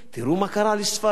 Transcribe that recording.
תראו מה קרה לספרד.